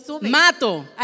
mato